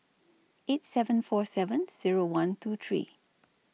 eight seven four seven Zero one two three